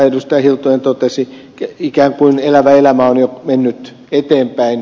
hiltunen totesi ikään kuin elävä elämä on jo mennyt eteenpäin